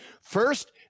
First